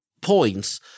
points